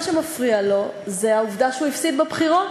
שמפריע לו זה העובדה שהוא הפסיד בבחירות.